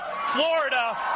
Florida